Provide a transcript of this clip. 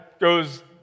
goes